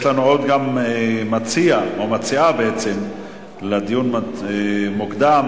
יש לנו עוד מציעה לדיון מוקדם,